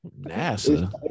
NASA